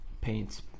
paints